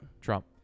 trump